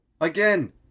Again